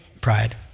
pride